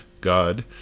God